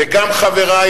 וגם חברי,